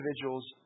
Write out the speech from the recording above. individuals